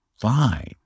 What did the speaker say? fine